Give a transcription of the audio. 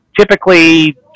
typically